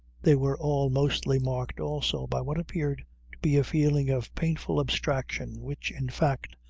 they were all mostly marked also by what appeared to be a feeling of painful abstraction, which, in fact,